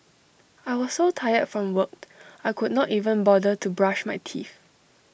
I was so tired from worked I could not even bother to brush my teeth